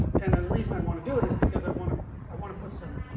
and the reason i want to do it is because i want ah i want to put some